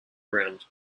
ground